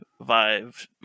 Vive